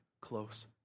close